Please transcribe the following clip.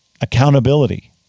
accountability